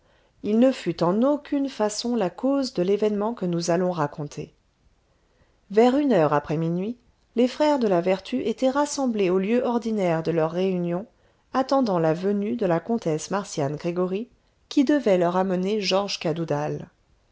il ne fut en aucune façon la cause de l'événement que nous allons raconter vers une heure après minuit les frères de la vertu étaient rassemblés au lieu ordinaire de leurs réunions attendant la venue de la comtesse marcian gregoryi qui devait leur amener georges cadoudal